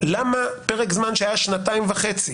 למה פרק זמן שהיה שנתיים וחצי